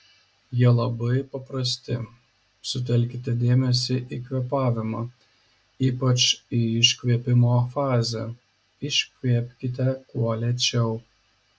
jie labai paprasti sutelkite dėmesį į kvėpavimą ypač į iškvėpimo fazę iškvėpkite kuo lėčiau